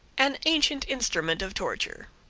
an ancient instrument of torture.